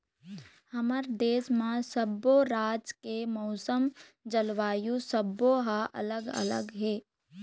हमर देश म सब्बो राज के मउसम, जलवायु सब्बो ह अलग अलग हे